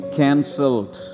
cancelled